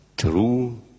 true